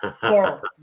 four